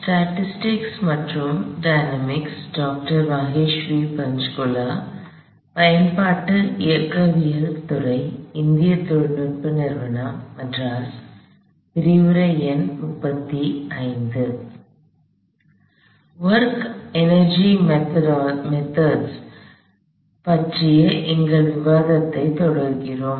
work energy methods work energy methods வேலை ஆற்றல் முறைகள் பற்றிய எங்கள் விவாதத்தைத் தொடர்கிறோம்